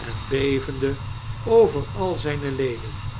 en bevende over al zyne leden